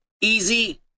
easy